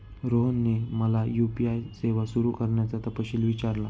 रोहनने मला यू.पी.आय सेवा सुरू करण्याचा तपशील विचारला